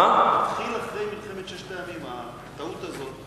זה התחיל אחרי מלחמת ששת הימים, הטעות הזאת.